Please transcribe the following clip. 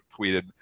tweeted